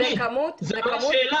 אני מצטער.